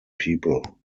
people